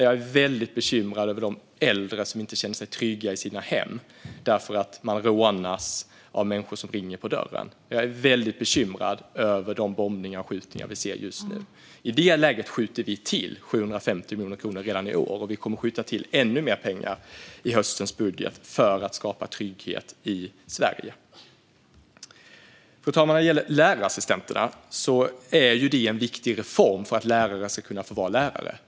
Jag är väldigt bekymrad över de äldre som inte känner sig trygga i sina hem därför att de rånas av människor som ringer på dörren. Jag är väldigt bekymrad över de bombningar och skjutningar vi ser just nu. I det läget skjuter vi till 750 miljoner kronor redan i år, och vi kommer att skjuta till ännu mer pengar i höstens budget för att skapa trygghet i Sverige. Fru talman! När det gäller lärarassistenterna är det en viktig reform för att lärare ska kunna få vara lärare.